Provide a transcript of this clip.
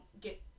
get